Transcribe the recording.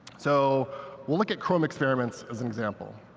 so we'll look at chrome experiments, as an example.